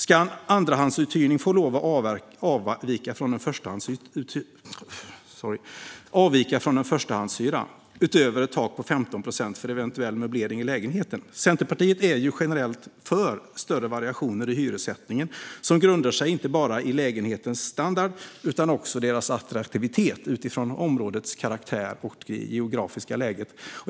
Ska en andrahandshyra få lov att avvika från en förstahandshyra utöver ett tak på 15 procent för eventuell möblering i lägenheten? Centerpartiet är generellt för större variationer i hyressättningen som grundar sig i inte bara lägenhetens standard utan också i dess attraktivitet utifrån områdets karaktär och det geografiska läget.